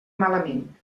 malament